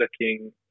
looking